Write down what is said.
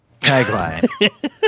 Tagline